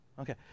Okay